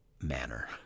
manner